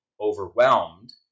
overwhelmed